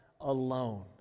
alone